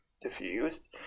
diffused